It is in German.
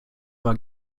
war